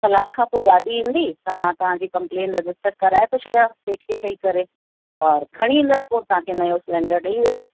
कलाक खां पोइ गाॾी ईंदी त मां तव्हांजी कमप्लेन रजिस्टर कराए थो छॾियां सेठ खे चई करे ऐं खणी ईंदसि पोइ तव्हांखे नओं सिलेंडर ॾेई वेंदसि